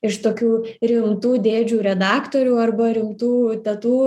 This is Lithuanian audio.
iš tokių rimtų dėdžių redaktorių arba rimtų tetų